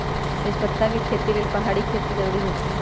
तजपत्ता के खेती लेल पहाड़ी खेत के जरूरी होइ छै